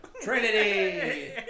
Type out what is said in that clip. Trinity